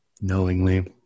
knowingly